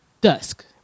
Dusk